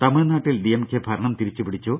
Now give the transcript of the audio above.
തമിഴ്നാട്ടിൽ ഡിഎംകെ ഭരണം തിരിച്ചുപിടിച്ചു